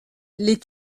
les